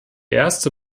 erste